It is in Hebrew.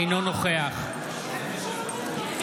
אינו נוכח גועל נפש.